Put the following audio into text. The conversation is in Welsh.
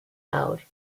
nawr